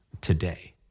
today